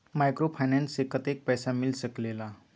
Microfinance से कतेक पैसा मिल सकले ला?